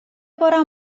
بارم